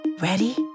Ready